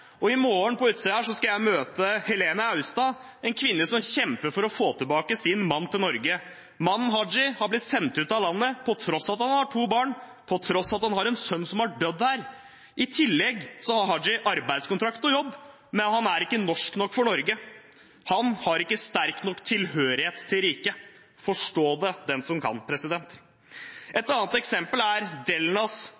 I morgen skal jeg møte Helene Austad på utsiden her, en kvinne som kjemper for å få tilbake sin mann til Norge. Mannen Haji er blitt sendt ut av landet på tross av at han har to barn, på tross av at han har en sønn som har dødd her. I tillegg har Haji arbeidskontrakt og jobb, men han er ikke norsk nok for Norge. Han har ikke sterk nok tilhørighet til riket. Forstå det den som kan.